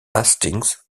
hastings